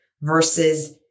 versus